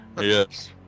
Yes